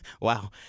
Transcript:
wow